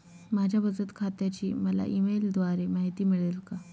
माझ्या बचत खात्याची मला ई मेलद्वारे माहिती मिळेल का?